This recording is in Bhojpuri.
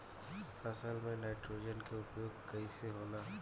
फसल में नाइट्रोजन के उपयोग कइसे होला?